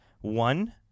one